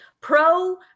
pro